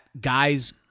guys